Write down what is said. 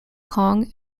kong